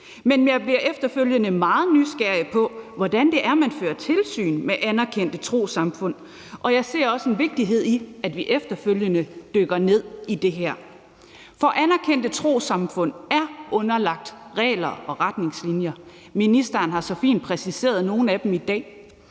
Men jeg bliver efterfølgende meget nysgerrig på, hvordan det er, man fører tilsyn med anerkendte trossamfund, og jeg ser også en vigtighed i, at vi efterfølgende dykker ned i det her. For anerkendte trossamfund er underlagt regler og retningslinjer – ministeren har så fint præsenteret nogle af dem i dag